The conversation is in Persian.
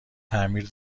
تعمیر